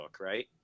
right